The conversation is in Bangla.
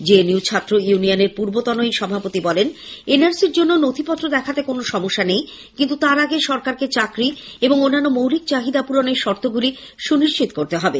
জেএনইউ ছাত্র ইউনিয়নের পূর্বতন এই সভাপতি বলেন এনআরসি র জন্য নথিপত্র দেখাতে কোনো সমস্যা নেই কিন্তু তার আগে সরকারকে চাকরী এবং অন্যান্য মৌলিক চাহিদাপরণের শর্তগুলি সুনিশ্চিত করতে হবে